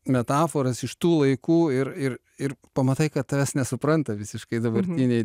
metaforas iš tų laikų ir ir ir pamatai kad tavęs nesupranta visiškai dabartiniai